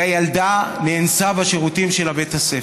והילדה נאנסה בשירותים של בית הספר,